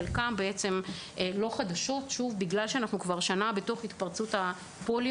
חלק מהפעולות אינן חדשות מכיוון שאנחנו מטפלים כבר שנה בהתפרצות פוליו.